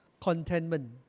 contentment